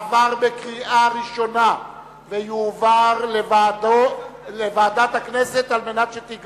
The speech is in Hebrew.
עברה בקריאה טרומית ותועבר לוועדת הפנים של הכנסת.